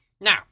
Now